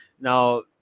Now